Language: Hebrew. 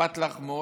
אכפת לך מאוד,